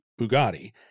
Bugatti